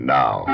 now